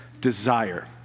desire